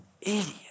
idiot